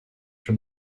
from